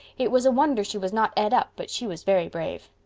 it was a wonder she was not et up but she was very brave.